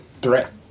threat